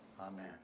Amen